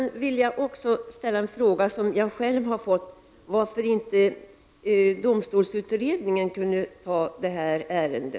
Jag vill slutligen ställa en fråga som jag själv har fått: Varför kunde inte domstolsutredningen handlägga också detta ärende?